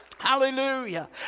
Hallelujah